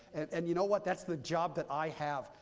and and you know what? that's the job that i have,